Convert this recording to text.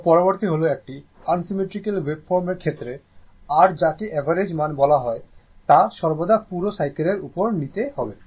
তো পরবর্তী হল একটি আনসিমেট্রিক্যাল ওয়েভফর্মের ক্ষেত্রে r যাকে অ্যাভারেজ মান বলা হয় তা সর্বদা পুরো সাইকেলের উপর নিতে হবে